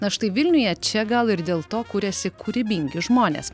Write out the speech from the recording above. na štai vilniuje čia gal ir dėl to kuriasi kūrybingi žmonės